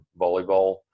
volleyball